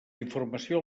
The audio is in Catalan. informació